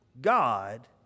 God